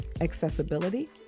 accessibility